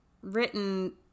written